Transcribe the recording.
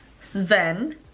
Sven